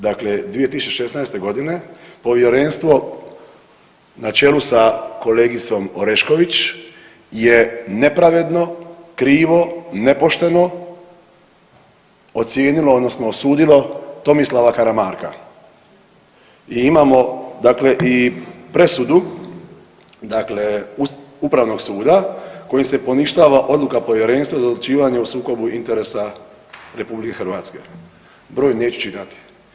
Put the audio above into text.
Dakle 2016.g. povjerenstvo na čelu sa kolegicom Orešković je nepravedno, krivo, nepošteno ocijenilo odnosno osudilo Tomislava Karamarka i imamo dakle i presudu dakle upravnog suda kojom se poništava odluka Povjerenstva za odlučivanje o sukobu interesa RH, broj neću čitati.